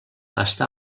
està